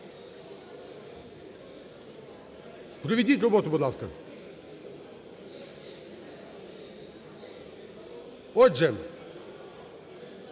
проведіть роботу, будь ласка. Отже,